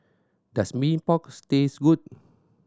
does Mee Pok taste good